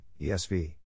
ESV